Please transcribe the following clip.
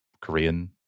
Korean